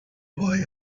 boy